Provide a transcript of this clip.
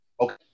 okay